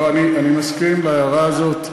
לא, אני מסכים עם ההערה הזאת.